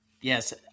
Yes